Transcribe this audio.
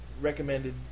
recommended